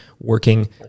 working